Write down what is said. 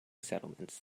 settlements